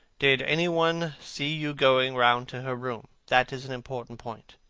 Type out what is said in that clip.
did any one see you going round to her room? that is an important point.